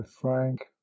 Frank